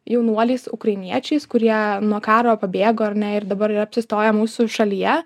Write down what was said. jaunuoliais ukrainiečiais kurie nuo karo pabėgo ar ne ir dabar apsistoję mūsų šalyje